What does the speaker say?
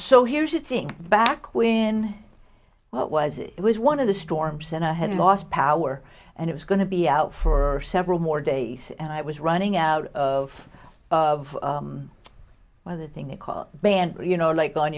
so here's the thing back when what was it was one of the storms and i had lost power and it was going to be out for several more days and i was running out of of weather thing nichol band you know like on